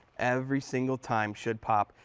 every single time should pop.